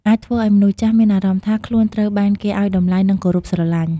អាចធ្វើឱ្យមនុស្សចាស់មានអារម្មណ៍ថា ខ្លួនត្រូវបានគេឱ្យតម្លៃ និងគោរពស្រឡាញ់។